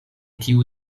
tiu